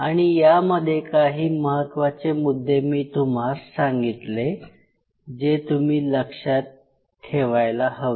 आणि यामध्ये काही महत्त्वाचे मुद्दे मी तुम्हास सांगितले जे तुम्ही लक्षात ठेवायला हवे